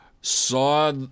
saw